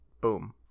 boom